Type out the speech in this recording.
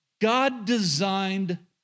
God-designed